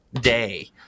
day